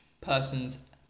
person's